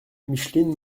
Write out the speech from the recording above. micheline